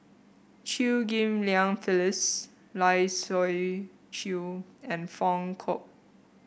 Chew Ghim Lian Phyllis Lai Siu Chiu and Foong kook